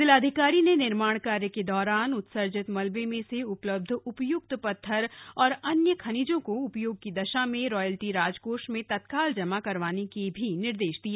जिलाधिकारी ने निर्माण कार्य के दौरान उत्सर्जित मलबे में से उपलब्ध उपय्क्त पत्थर और अन्य खनिजों के उपयोग की दशा में रॉयल्टी राजकोष में तत्काल जमा करवाने के भी निर्देश दिए